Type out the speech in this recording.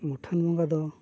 ᱢᱩᱴᱷᱟᱹᱱ ᱵᱚᱸᱜᱟ ᱫᱚ